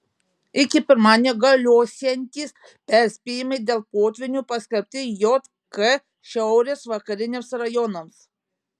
iki pirmadienio galiosiantys perspėjimai dėl potvynių paskelbti jk šiaurės vakariniams rajonams